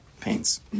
pains